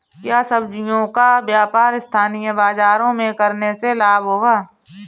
क्या सब्ज़ियों का व्यापार स्थानीय बाज़ारों में करने से लाभ होगा?